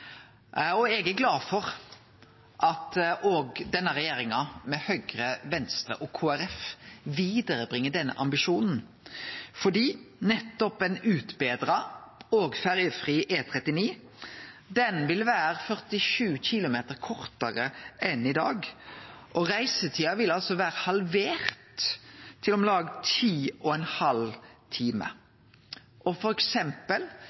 Senterpartiet. Eg er glad for at òg denne regjeringa, med Høgre, Venstre og Kristeleg Folkeparti, bringar vidare den ambisjonen, for ein utbetra og ferjefri E39 vil vere 47 km kortare enn i dag. Reisetida vil bli halvert, til om lag 10,5 timar. Det blir da mogleg f.eks. å binde Stavanger og